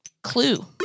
Clue